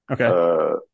Okay